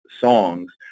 songs